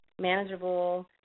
manageable